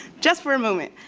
just for a moment.